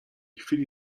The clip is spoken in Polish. chwili